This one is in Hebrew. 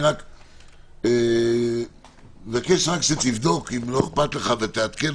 אבקש שתבדוק ותעדכן